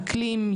אקלים,